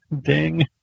ding